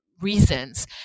reasons